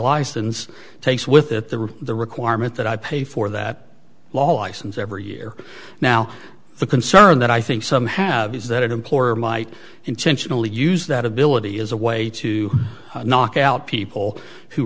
license takes with it the rip the requirement that i pay for that law license every year now the concern that i think some have is that an employer might intentionally use that ability as a way to knock out people who